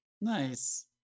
nice